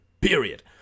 period